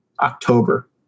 October